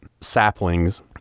saplings